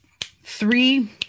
three